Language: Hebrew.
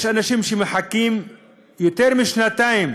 יש אנשים שמחכים יותר משנתיים